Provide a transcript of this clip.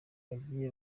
bagiye